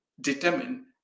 determine